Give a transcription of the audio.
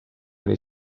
oli